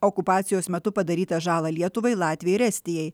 okupacijos metu padarytą žalą lietuvai latvijai ir estijai